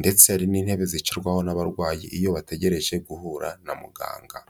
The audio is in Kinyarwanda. ndetse hari n'intebe zicarwaho n'abarwayi iyo bategereje guhura na muganga.